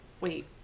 Wait